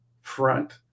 front